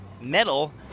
metal